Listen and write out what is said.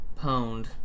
pwned